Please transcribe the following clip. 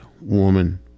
woman